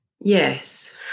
Yes